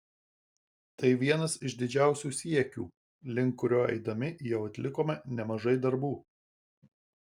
tai vienas iš didžiausių siekių link kurio eidami jau atlikome nemažai darbų